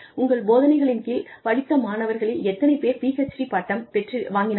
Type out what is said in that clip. உங்கள் போதனைகளின் கீழ் படித்த மாணவர்களில் எத்தனை பேர் PhD பட்டம் வாங்கினார்கள்